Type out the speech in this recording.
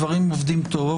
דברים עובדים טוב,